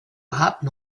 hopped